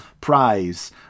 prize